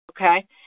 Okay